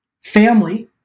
family